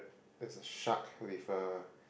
there's a shark with uh